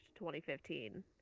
2015